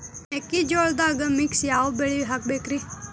ಮೆಕ್ಕಿಜೋಳದಾಗಾ ಮಿಕ್ಸ್ ಯಾವ ಬೆಳಿ ಹಾಕಬೇಕ್ರಿ?